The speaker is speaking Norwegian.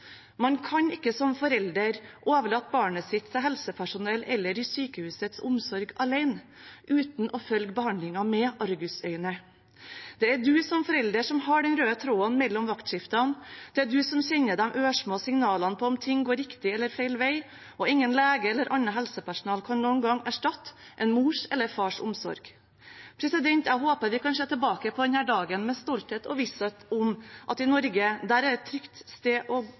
Man kan ikke som forelder overlate barnet sitt til helsepersonell eller sykehusets omsorg alene uten å følge behandlingen med argusøyne. Det er jeg som forelder som har den røde tråden mellom vaktskiftene, det er jeg som kjenner de ørsmå signalene på om ting går riktig eller feil vei. Ingen lege eller annet helsepersonell kan noen gang erstatte en mors eller fars omsorg. Jeg håper vi kan se tilbake på denne dagen med stolthet – og med visshet om at Norge er et trygt sted å